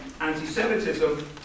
anti-Semitism